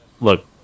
look